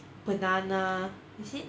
banana is it